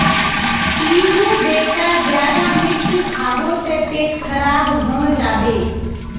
पीहू बेटा ज्यादा मिर्च खाबो ते पेट खराब हों जाबे